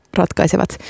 ratkaisevat